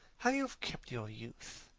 how you have kept your youth.